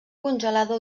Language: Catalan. congelada